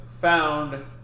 found